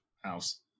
house